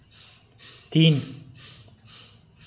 तीन